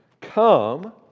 come